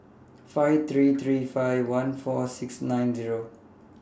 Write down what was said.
five three three five one four six nine one Zero